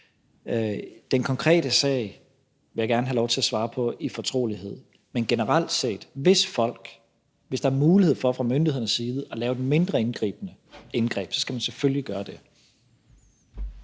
Den konkrete sag vil jeg gerne have lov til at svare på i fortrolighed, men generelt set vil jeg sige, at hvis der fra myndighedernes side er mulighed for at lave et mindre indgribende indgreb, så skal man selvfølgelig gøre det.